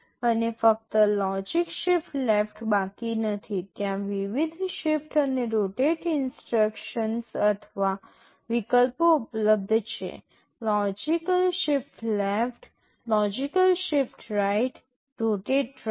અને ફક્ત logical shift left બાકી નથી ત્યાં વિવિધ શિફ્ટ અને રોટેટ ઇન્સટ્રક્શન્સ અથવા વિકલ્પો ઉપલબ્ધ છે logical shift left logical shift right rotate right